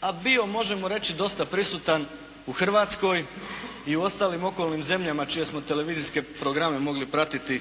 a bio, možemo reći dosta prisutan u Hrvatskoj i u ostalim okolnim zemljama čije smo televizijske programe mogli pratiti